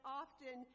often